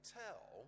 tell